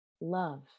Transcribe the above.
love